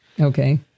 Okay